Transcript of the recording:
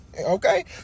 okay